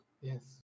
Yes